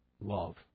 love